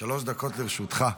שלוש דקות לרשותך.